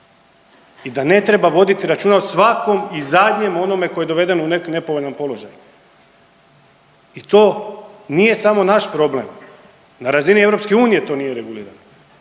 i da ne treba voditi računa o svakom i zadnjem onome koji je doveden u neki nepovoljni položaj. I to nije samo naš problem, na razini EU to nije regulirano